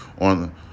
on